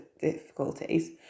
difficulties